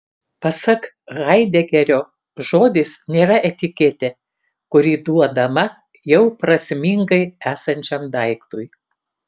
pasak haidegerio žodis nėra etiketė kuri duodama jau prasmingai esančiam daiktui